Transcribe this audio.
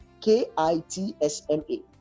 K-I-T-S-M-A